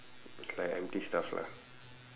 like empty stuff lah